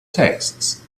texts